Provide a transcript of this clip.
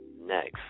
next